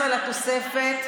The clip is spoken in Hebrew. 19 לתוספת,